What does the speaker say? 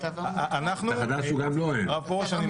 הרב פרוש,